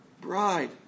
bride